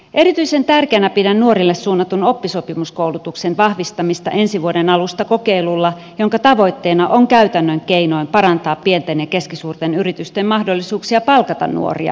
erityisen tärkeänä pidän nuorille suunnatun oppisopimuskoulutuksen vahvistamista ensi vuoden alusta kokeilulla jonka tavoitteena on käytännön keinoin parantaa pienten ja keskisuurten yritysten mahdollisuuksia palkata nuoria koulutukseen